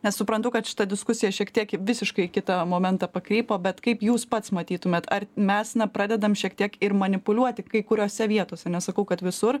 nes suprantu kad šita diskusija šiek tiek į visiškai kitą momentą pakrypo bet kaip jūs pats matytumėt ar mes na pradedam šiek tiek ir manipuliuoti kai kuriose vietose nesakau kad visur